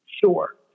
Sure